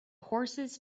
horses